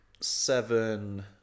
seven